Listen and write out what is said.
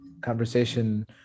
conversation